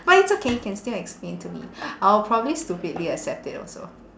but it's okay can still explain to me I'll probably stupidly accept it also